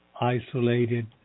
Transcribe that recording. isolated